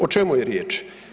O čemu je riječ?